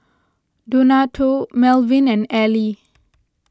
Donato Melvin and Ally